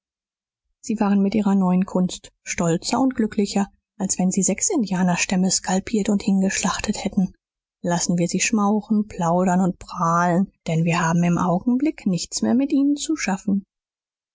sie waren mit ihrer neuen kunst stolzer und glücklicher als wenn sie sechs indianerstämme skalpiert und hingeschlachtet hätten lassen wir sie schmauchen plaudern und prahlen denn wir haben im augenblick nichts mehr mit ihnen zu schaffen